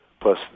plus